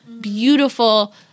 beautiful